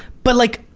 but like,